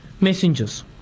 messengers